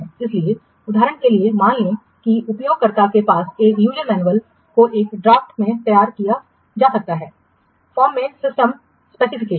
इसलिए उदाहरण के लिए मान लें कि उपयोगकर्ता के पास एक यूजर मैनुअल को एक ड्राफ्ट में तैयार किया जा सकता है फार्म से सिस्टम स्पेसिफिकेशन